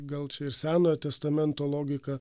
gal čia ir senojo testamento logika